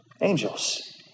angels